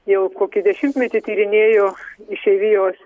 jau kokį dešimtmetį tyrinėju išeivijos